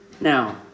Now